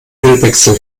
ölwechsel